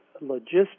logistics